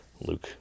Luke